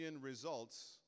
results